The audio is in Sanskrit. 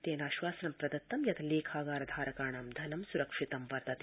तेनाश्वासनं दत्तं यत् लेखागार धारकाणां धनं सुरक्षितं वर्तते